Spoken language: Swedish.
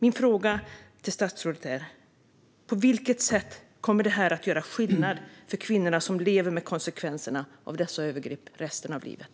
Min fråga till statsrådet är: På vilket sätt kommer detta att göra skillnad för kvinnorna som lever med konsekvenserna av dessa övergrepp resten av livet?